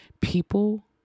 People